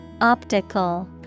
Optical